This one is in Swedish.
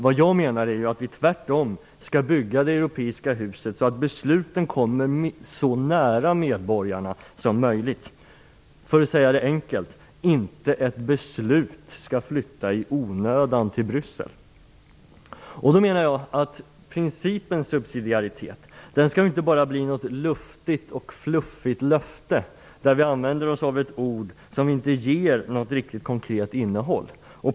Vad jag menar är att vi tvärtom skall bygga det europeiska huset så att besluten kommer så nära medborgarna som möjligt, för att säga det enkelt: Inte ett beslut skall flytta i onödan till Bryssel. Principen subisidiaritet skall inte bara bli något luftigt och fluffigt löfte, dvs. att vi använder oss av ett ord som inte har något riktigt konkret innehåll.